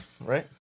right